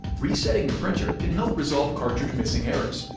resetting the printer can help resolve cartridge missing errors.